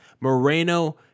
Moreno